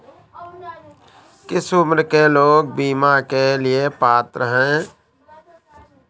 किस उम्र के लोग बीमा के लिए पात्र हैं?